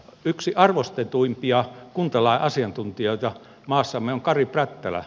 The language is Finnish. yksi arvostetuimpia kuntalain asiantuntijoita maassamme on kari prättälä